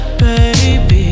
baby